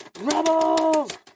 Rebels